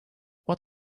what